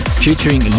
featuring